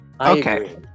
Okay